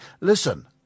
listen